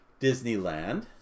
Disneyland